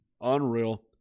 Unreal